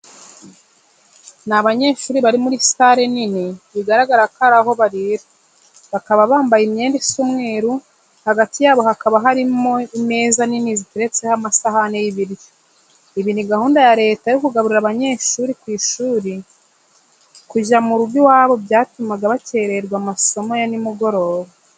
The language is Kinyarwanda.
Ni abanyeshuri bari muri sale nini bigaragara ko ari aho barira, bakaba bambaye imyenda isa umweru, hagati yabo hakaba harimo imeza nini ziteretseho amasahane y'ibiryo. Iyi ni gahunda ya Leta yo kugaburira abanyeshuri ku ishuri kuko kujya mu rugo iwabo byatumaga bakerererwa amasomo ya nimugoroba.